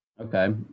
Okay